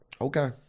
Okay